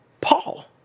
Paul